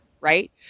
right